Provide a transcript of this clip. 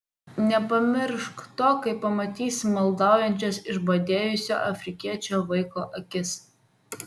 nepamiršk to kai pamatysi maldaujančias išbadėjusio afrikiečio vaiko akis